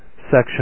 section